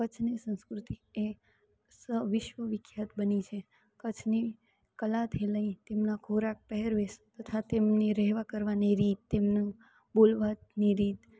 કચ્છની સંસ્કૃતિ એ વિશ્વવિખ્યાત બની છે કચ્છની કલાથી લઈ તેમના ખોરાક પહેરવેશ તથા તેમની રહેવા કરવાની રીત તેમનું બોલવાની રીત